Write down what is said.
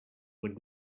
would